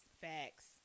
Facts